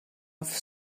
off